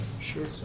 Sure